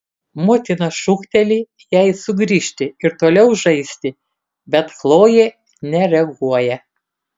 motina šūkteli jai sugrįžti ir toliau žaisti bet chlojė nereaguoja